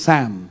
Sam